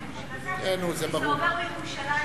כי זה עובר בירושלים.